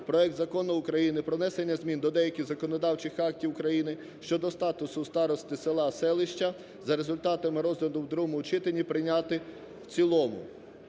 проект Закону України про внесення змін до деяких законодавчих актів України (щодо статусу старости села, селища) за результатами розгляду в другому читанні прийняти в цілому.